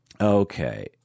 Okay